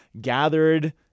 gathered